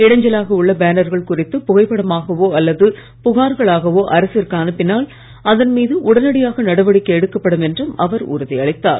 இடைஞ்சலாக உள்ள பேனர்கள் குறித்து புகைப்படமாகவோ அல்லது புகார்களாகவோ அரசிற்கு அனுப்பினால் அதன் மீது உடனடியாக நடவடிக்கை எடுக்கப்படும் என்றும் அவர் உறுதி அளித்தார்